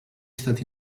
estat